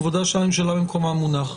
כבודה של הממשלה במקומו מונח.